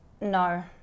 No